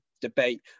debate